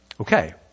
Okay